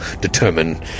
determine